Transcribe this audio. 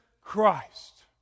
Christ